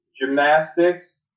gymnastics